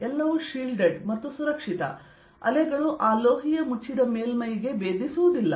ಎಲ್ಲವೂ ಶೀಲ್ಡೆಡ್ ಮತ್ತು ಸುರಕ್ಷಿತ ಅಲೆಗಳು ಆ ಲೋಹೀಯ ಮುಚ್ಚಿದ ಮೇಲ್ಮೈಗೆ ಭೇದಿಸುವುದಿಲ್ಲ